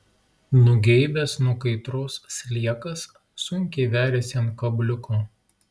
nugeibęs nuo kaitros sliekas sunkiai veriasi ant kabliuko